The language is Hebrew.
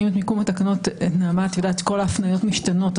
את מיקום התקנות כל ההפניות משתנות.